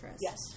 Yes